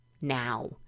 now